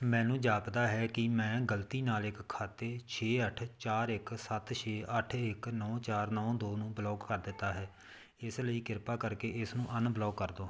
ਮੈਨੂੰ ਜਾਪਦਾ ਹੈ ਕਿ ਮੈਂ ਗਲਤੀ ਨਾਲ ਇੱਕ ਖਾਤੇ ਛੇ ਅੱਠ ਚਾਰ ਇੱਕ ਸੱਤ ਛੇ ਅੱਠ ਇੱਕ ਨੌ ਚਾਰ ਨੌ ਦੋ ਨੂੰ ਬਲੌਕ ਕਰ ਦਿੱਤਾ ਹੈ ਇਸ ਲਈ ਕਿਰਪਾ ਕਰਕੇ ਇਸਨੂੰ ਅਨਬਲੌਕ ਕਰ ਦਿਓ